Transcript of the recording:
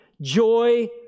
Joy